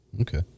Okay